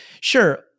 Sure